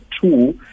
tool